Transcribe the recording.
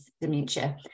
dementia